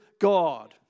God